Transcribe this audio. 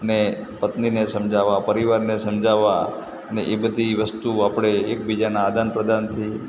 અને પત્નીને સમજાવવા પરિવારને સમજાવવા ને એ બધી વસ્તુઓ આપણે એકબીજાના આદાનપ્રદાનથી